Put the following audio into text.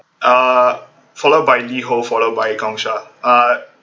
uh followed by LiHo followed by Gong Cha uh